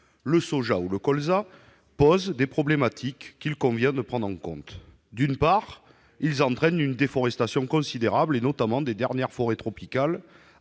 le soja ou le colza, posent des problèmes qu'il convient de prendre en compte. En premier lieu, ils entraînent une déforestation considérable, notamment au sein des dernières forêts tropicales,